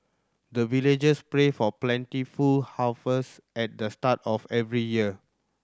the villagers pray for plentiful harvest at the start of every year